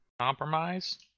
Compromise